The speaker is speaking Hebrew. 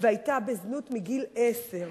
והיתה בזנות מגיל עשר.